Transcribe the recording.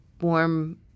warm